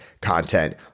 content